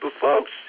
folks